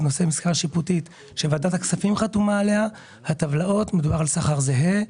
של נושאי משרה שיפוטית שוועדת הכספים חתומה עליה מדובר על שכר זהה.